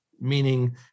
meaning